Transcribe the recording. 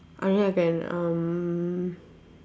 I mean I can um